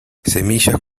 semillas